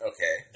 Okay